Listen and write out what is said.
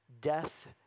death